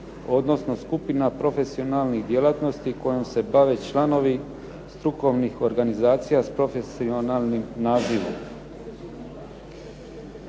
odnosno skupina profesionalnih djelatnosti kojim se bave članovi strukovnih organizacija s profesionalnim nazivom.